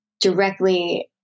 directly